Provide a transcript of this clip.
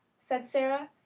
said sara.